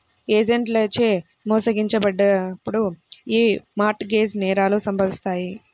ఏజెంట్లచే మోసగించబడినప్పుడు యీ మార్ట్ గేజ్ నేరాలు సంభవిత్తాయి